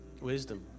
wisdom